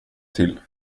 till